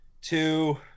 two